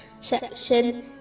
section